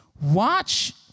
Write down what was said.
Watch